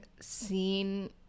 seen